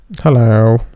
hello